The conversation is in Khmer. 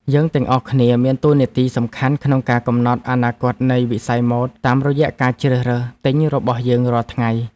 យើងទាំងអស់គ្នាមានតួនាទីសំខាន់ក្នុងការកំណត់អនាគតនៃវិស័យម៉ូដតាមរយៈការជ្រើសរើសទិញរបស់យើងរាល់ថ្ងៃ។